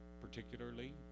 particularly